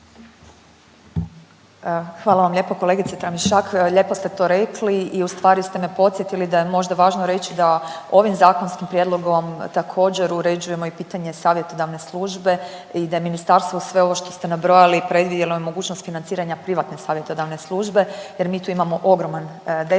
Hvala vam lijepo kolegice Tramišak, lijepo ste to rekli i ustvari ste me podsjetili da je možda važno reći da ovim zakonskim prijedlogom također uređujemo i pitanje savjetodavne službe i da ministarstvo i sve ovo što ste nabrojali predvidjelo je mogućnost financiranja privatne savjetodavne službe jer bi tu imamo ogroman deficit.